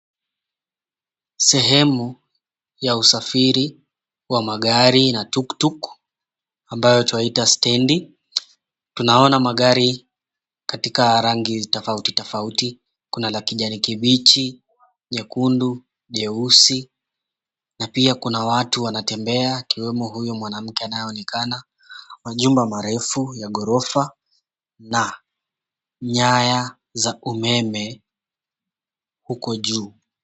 Sehemu ya usafiri wa magari na tuktuk ambayo twaita stendi tunaona magari katika rangi tofauti tofauti, kuna la kijani kibichi, nyekundu, nyeusi na pia kuna watu wanatembea ikiwemo huyu mwanamke anayeonekana, kuna majumba marefu ya ghorofa na nyaya za umeme huko juu.